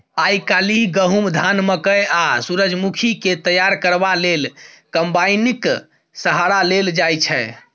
आइ काल्हि गहुम, धान, मकय आ सूरजमुखीकेँ तैयार करबा लेल कंबाइनेक सहारा लेल जाइ छै